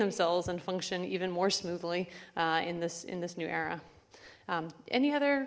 themselves and function even more smoothly in this in this new era any other